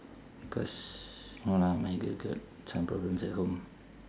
cause no lah my girl got some problems at home